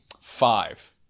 Five